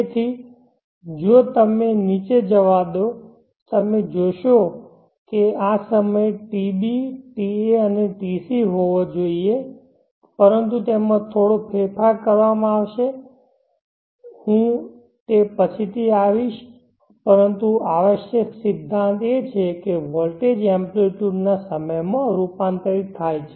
તેથી જો તમે તેને નીચે જવા દો તો તમે જોશો કે આ સમય tb ta અને tc હોવો જોઈએ પરંતુ તેમાં થોડો ફેરફાર કરવામાં આવશે હું તે પછીથી આવીશ પરંતુ આવશ્યક સિદ્ધાંત એ છે કે વોલ્ટેજ એમ્પ્લીટયુડ ના સમયમાં રૂપાંતરિત થાય છે